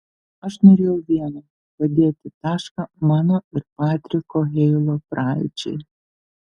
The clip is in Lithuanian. aš norėjau vieno padėti tašką mano ir patriko heilo praeičiai